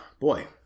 Boy